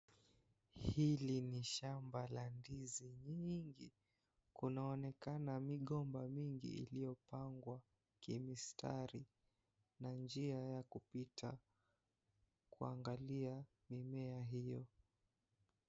Hili ni shamba la ndizi mingi kunaonekana migomba mingi iliyopngwa kimistari na njia ya kupita kuangalia mimea hio.